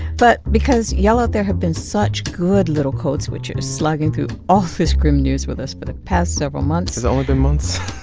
but because y'all out there have been such good little code switchers, slogging through all this grim news with us for the past several months. has it only been months?